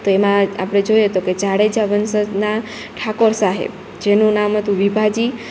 તો એમાં આપડે જોઈએ તો કે જાડેજા વંસજના ઠાકોર સાહેબ જેનું નામ હતું વિભાજી